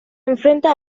enfrenta